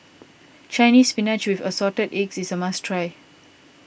Chinese Spinach with Assorted Eggs is a must try